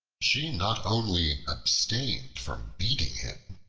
she not only abstained from beating him,